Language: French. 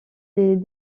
des